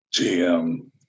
gm